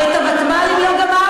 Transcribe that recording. הרי את הוותמ"לים לא גמרנו.